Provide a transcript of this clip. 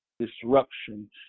disruption